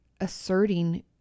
asserting